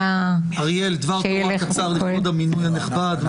אריאל, דבר תורה קצר לכבוד המינוי הנכבד.